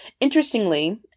Interestingly